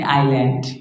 island